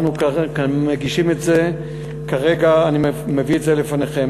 אנחנו כאן מגישים את זה כרגע ומביאים את זה לפניכם.